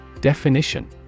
Definition